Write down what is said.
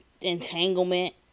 entanglement